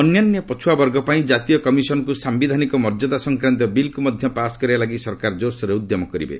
ଅନ୍ୟାନ୍ୟ ପଛୁଆବର୍ଗ ପାଇଁ କାତୀୟ କମିଶନ୍କୁ ସାୟିଧାନିକ ମର୍ଯ୍ୟଦା ସଂକ୍ରାନ୍ତୀୟ ବିଲ୍କୁ ମଧ୍ୟ ପାଶ୍ କରାଇବା ଲାଗି ସରକାର ଜୋରସୋରରେ ଉଦ୍ୟମ କରିବେ